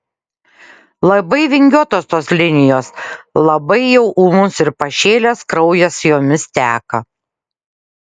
labai vingiuotos tos linijos labai jau ūmus ir pašėlęs kraujas jomis teka